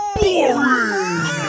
boring